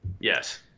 Yes